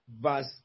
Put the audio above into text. verse